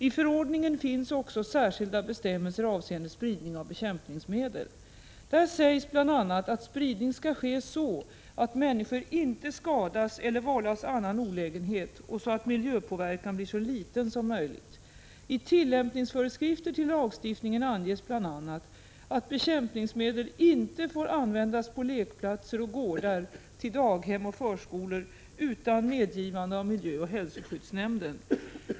I förordningen finns också särskilda bestämmelser avseende spridning av bekämpningsmedel. Där sägs bl.a. att spridning skall ske så att människor inte skadas eller vållas annan olägenhet och så att miljöpåverkan blir så liten som möjligt. I tillämpningsföreskrifter till lagstiftningen anges bl.a. att bekämpningsmedel inte får användas på lekplatser och gårdar till daghem och förskolor utan medgivande av miljöoch hälsoskyddsnämnden.